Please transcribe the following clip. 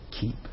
Keep